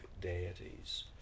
deities